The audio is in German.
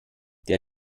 der